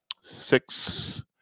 six